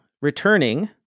returning